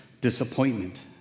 disappointment